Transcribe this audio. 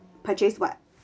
purchase what